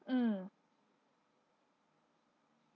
mm